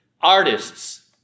artists